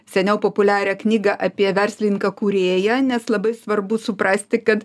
seniau populiarią knygą apie verslininką kūrėją nes labai svarbu suprasti kad